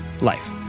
life